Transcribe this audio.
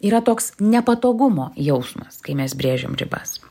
yra toks nepatogumo jausmas kai mes brėžiam ribas